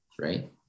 right